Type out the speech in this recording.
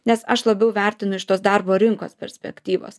nes aš labiau vertinu iš tos darbo rinkos perspektyvos